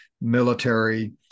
military